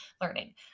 learning